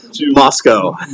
Moscow